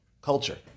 culture